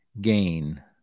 gain